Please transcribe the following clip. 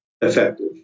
effective